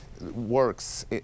works